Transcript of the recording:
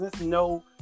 no